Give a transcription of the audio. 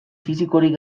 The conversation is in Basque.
fisikorik